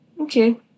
Okay